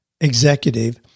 executive